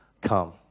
come